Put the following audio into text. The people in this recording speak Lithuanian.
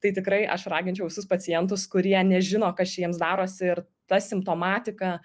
tai tikrai aš raginčiau visus pacientus kurie nežino kas čia jiems darosi ir ta simptomatika